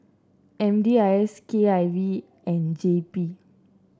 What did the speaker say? M D I S K I V and J P